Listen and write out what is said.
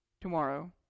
tomorrow